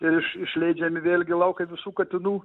iš išleidžiami vėlgi laukia visų katinų